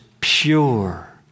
pure